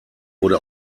wurde